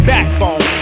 Backbone